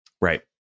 Right